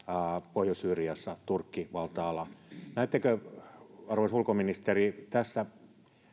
pohjois syyriassa turkki valtaa alaa näettekö arvoisa ulkoministeri tässä